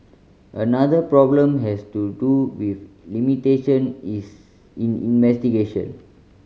another problem has to do with limitation is in investigation